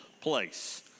place